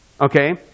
Okay